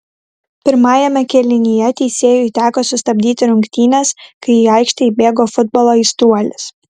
pirmajame kėlinyje teisėjui teko sustabdyti rungtynes kai į aikštę įbėgo futbolo aistruolis